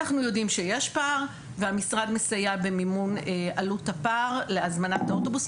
אנחנו יודעים שיש פער והמשרד מסייע במימון עלות הפער להזמנת האוטובוס,